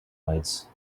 lights